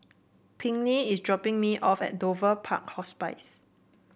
Pinkney is dropping me off at Dover Park Hospice